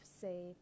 say